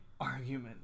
argument